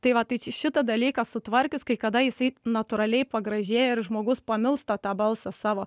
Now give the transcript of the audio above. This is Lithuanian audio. tai va tai čia šitą dalyką sutvarkius kai kada jisai natūraliai pagražėja ir žmogus pamilsta tą balsą savo